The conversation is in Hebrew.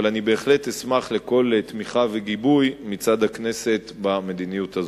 אבל אני בהחלט אשמח לכל תמיכה וגיבוי מצד הכנסת במדיניות הזאת.